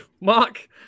Mark